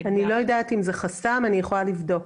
אני לא יודעת אם זה חסם, אני יכולה לבדוק.